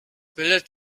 bildet